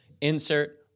insert